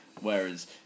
whereas